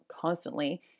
constantly